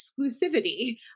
exclusivity